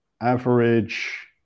average